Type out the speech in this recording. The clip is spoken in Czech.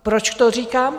Proč to říkám?